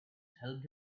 helped